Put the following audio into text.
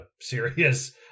serious